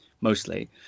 mostly